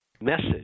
Message